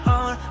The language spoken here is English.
on